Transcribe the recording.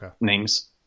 names